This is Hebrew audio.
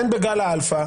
הן מאשר בגל האלפא,